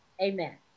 Amen